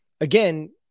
again